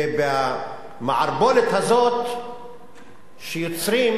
ובמערבולת הזאת שיוצרים,